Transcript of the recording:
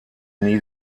nie